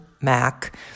Mac